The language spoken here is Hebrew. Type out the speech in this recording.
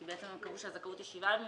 כי הם קבעו שהזכאות היא שבעה ימים,